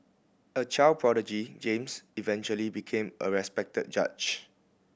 a child prodigy James eventually became a respected judge